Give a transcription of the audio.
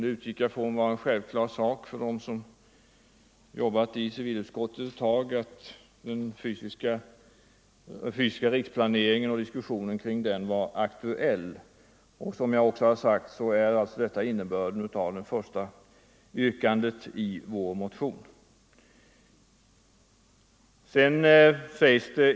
Jag utgick från att det var en självklar sak för dem som arbetat en tid i civilutskottet att den fysiska riksplaneringen och diskussionerna kring den var något aktuellt. Som jag också har sagt är detta innebörden i det första yrkandet i vår motion.